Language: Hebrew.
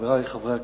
חברי חברי הכנסת,